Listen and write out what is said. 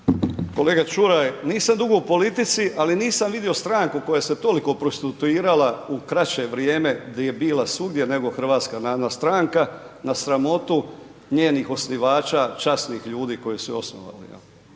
Kolega Čuraj, nisam dugo u politici, ali nisam vidio stranku koja se toliko prostituirala u kraće vrijeme gdje je bila svugdje nego HNS na sramotu njenih osnivača, časnih ljudi koji su je osnovali.